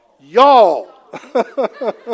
Y'all